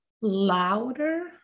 louder